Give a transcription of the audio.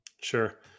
sure